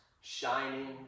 shining